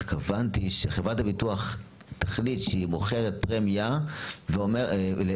התכוונתי שחברת הביטוח תחליט שהיא מוכרת פרמיה ואומרת,